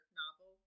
novel